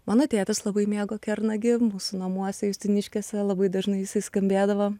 mano tėtis labai mėgo kernagį mūsų namuose justiniškėse labai dažnai jisai skambėdavo